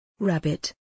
Rabbit